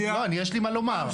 יש לי מה לומר,